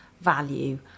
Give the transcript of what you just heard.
value